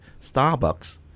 Starbucks